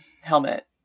helmet